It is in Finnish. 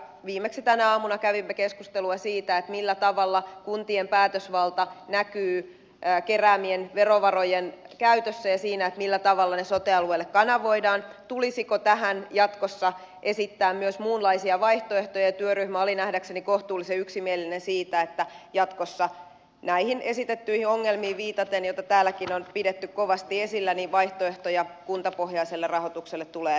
viimeksi tänä aamuna kävimme keskustelua siitä millä tavalla kuntien päätösvalta näkyy keräämiensä verovarojen käytössä ja siinä millä tavalla ne sote alueelle kanavoidaan tulisiko tähän jatkossa esittää myös muunlaisia vaihtoehtoja ja työryhmä oli nähdäkseni kohtuullisen yksimielinen siitä että jatkossa näihin esitettyihin ongelmiin viitaten joita täälläkin on pidetty kovasti esillä vaihtoehtoja kuntapohjaiselle rahoitukselle tulee olla